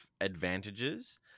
advantages